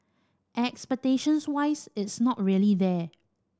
expectations wise it's not really there